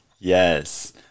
Yes